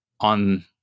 on